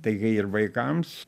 taigi ir vaikams